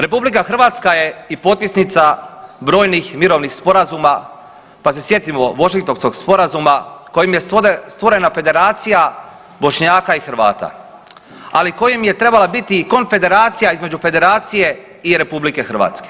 RH je i potpisnica brojnih mirovnih sporazuma, pa se sjetimo Washingtonskog sporazuma kojim je stvorena federacija Bošnjaka i Hrvata, ali kojim je trebala biti i konfederacija između federacije i RH.